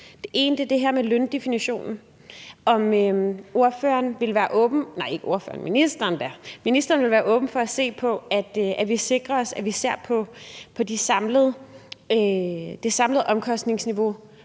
Det ene er det her med løndefinitionen, altså om ministeren vil være åben for, at vi sikrer os, at vi ser på det samlede omkostningsniveau